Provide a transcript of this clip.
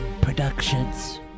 Productions